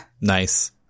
Nice